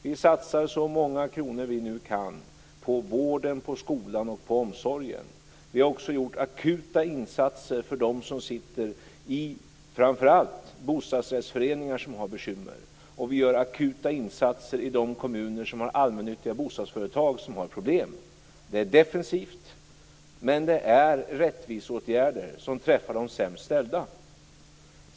Vi satsar så många kronor som vi nu kan på vården, skolan och omsorgen. Vi har också gjort akuta insatser framför allt för dem som sitter i bostadsrättsföreningar som har bekymmer, och vi gör akuta insatser i de kommuner som har allmännyttiga bostadsföretag med problem. Det är defensivt, men det är rättviseåtgärder som träffar de sämst ställda.